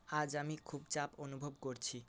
আজ আমি খুব চাপ অনুভব করছি